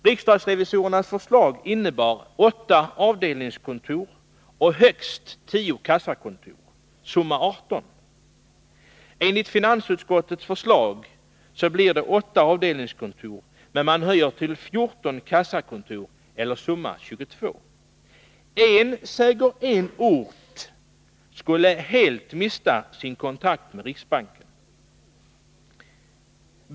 Riksdagsrevisorernas förslag gällde 8 avdelningskontor och högst 10 kassakontor, summa 18. Enligt finansutskottets förslag blir det 8 avdelningskontor, men man höjer till 14 kassakontor, summa 22. En säger en ort skulle helt mista sin kontakt med riksbanken.